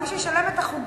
אין מי שישלם את החוגים,